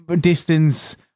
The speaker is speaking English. distance